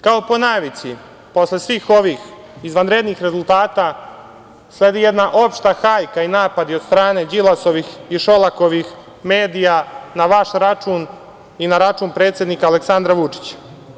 Kao po navici, posle svih ovih izvanrednih rezultata sledi jedna opšta hajka i napadi od strane Đilasovih i Šolakovih medija na vaš račun i na račun predsednika Aleksandra Vučića.